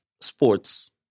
sports